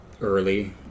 early